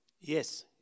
Yes